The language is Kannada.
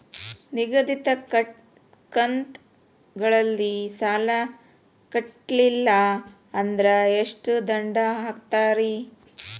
ನಿಗದಿತ ಕಂತ್ ಗಳಲ್ಲಿ ಸಾಲ ಕಟ್ಲಿಲ್ಲ ಅಂದ್ರ ಎಷ್ಟ ದಂಡ ಹಾಕ್ತೇರಿ?